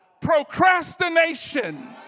Procrastination